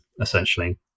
essentially